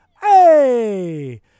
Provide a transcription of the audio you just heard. hey